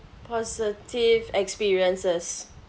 positive experiences